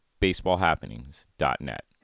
baseballhappenings.net